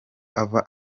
ava